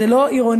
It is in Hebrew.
זה לא עירוני,